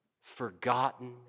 forgotten